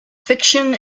fiction